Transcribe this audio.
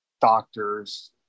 doctors